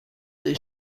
they